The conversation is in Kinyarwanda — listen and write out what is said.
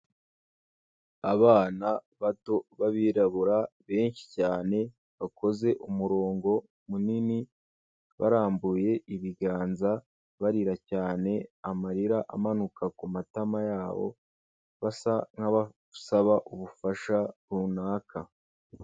Abana bato b'abirabura benshi cyane, bakoze umurongo munini, barambuye ibiganza barira cyane, amarira amanuka ku matama yabo, basa nk'abasaba ubufasha runaka.